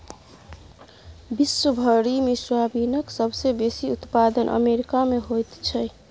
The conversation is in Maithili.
विश्व भरिमे सोयाबीनक सबसे बेसी उत्पादन अमेरिकामे होइत छै